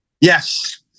Yes